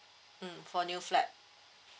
mm for new flat